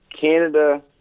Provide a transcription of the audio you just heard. Canada